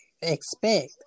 expect